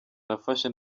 nafashe